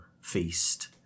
feast